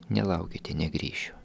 nelaukite negrįšiu